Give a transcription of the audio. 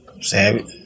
Savage